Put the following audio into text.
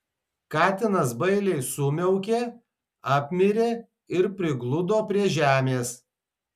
katinas bailiai sumiaukė apmirė ir prigludo prie žemės